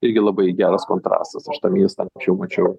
irgi labai geras kontrastas aš tą miestą anksčiau mačiau